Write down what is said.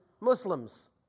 Muslims